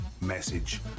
message